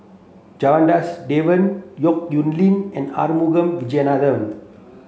Janadas Devan Yong Nyuk Lin and Arumugam Vijiaratnam